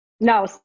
No